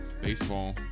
baseball